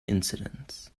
incidents